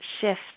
shift